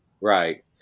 right